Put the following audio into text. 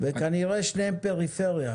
וכנראה שניהם פריפריה,